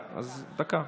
קצת נותן